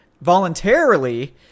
Voluntarily